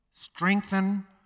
strengthen